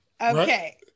Okay